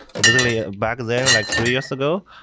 so basically, ah back then and like three years ago,